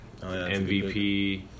MVP